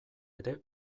ere